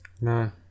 No